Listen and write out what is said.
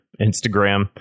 Instagram